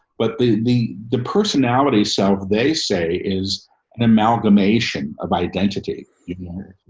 but the, the, the personality, so they say is an amalgamation of identity even more.